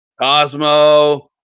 Cosmo